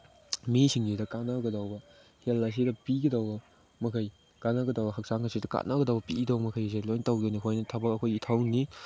ꯃꯤꯁꯤꯡꯁꯤꯗ ꯀꯥꯟꯅꯒꯗꯧꯕ ꯍꯦꯜꯠ ꯑꯁꯤꯗ ꯄꯤꯒꯗꯧꯕ ꯃꯈꯩ ꯀꯥꯟꯅꯒꯗꯧꯕ ꯍꯛꯆꯥꯡ ꯑꯁꯤꯗ ꯀꯥꯟꯅꯒꯗꯧ ꯄꯤꯗꯧꯕ ꯃꯈꯩꯁꯦ ꯂꯣꯏꯅ ꯇꯧꯗꯣꯏꯅꯦ ꯑꯩꯈꯣꯏꯅ ꯊꯕꯛ ꯑꯩꯈꯣꯏ ꯏꯊꯧꯅꯤ